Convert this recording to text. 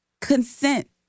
consent